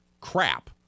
crap